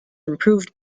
improved